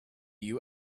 you